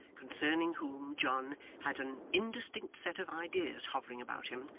concerning whom john had an indistinct set of ideas hovering about him,